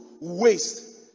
waste